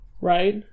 Right